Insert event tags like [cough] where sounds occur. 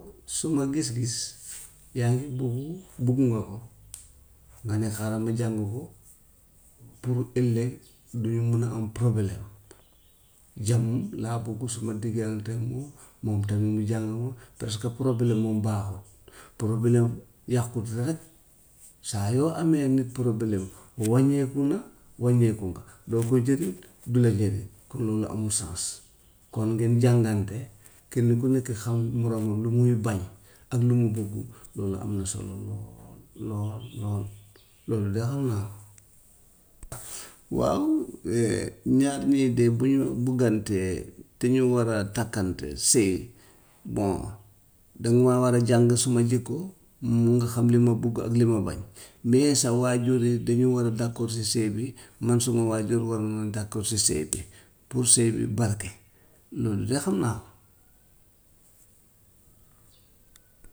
Suma gis-gis [noise] yaa ngi buggu bugg nga ko [noise] nga ne xaaral ma jàng ko pour ëllëg du ma mun a am problème, jàmm laa buggu suma digganteeg moom, moom tamit jàmm, parce que problème moom baaxut. Problème yàqute rek, saa yoo amee nit problème wàññeeku na, wàññeeku nga, doo ko jege, du la jege, kon loolu amut chance. Kon ngeen jàngante kenn ku nekk xam moromam lu muy bañ ak lu mu buggu loolu am na solo lool lool lool [noise] loolu de xam naa ko. [noise] waaw [hesitation] ñaar ñii de bu ñu buggantee te ñu war a takkante sëy, bon danga maa war a jàng suma jikko, mu nga xam li ma bugg ak li ma bañ. Mais sa waajur yi dañoo war a d'accord si sëy bi, man sumay waajur war nañu d'accord si sëy bi [noise] pour sëy bi barke, loolu de xam naa ko.